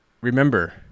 Remember